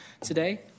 today